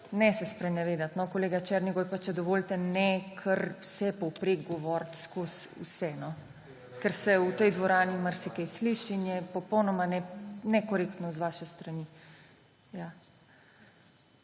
Ne se sprenevedati, no, kolega Černigoj. Pa, če dovolite, ne kar vsepovprek govoriti skozi vse, ker se v tej dvorani marsikaj sliši in je popolnoma nekorektno z vaše strani.